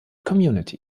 community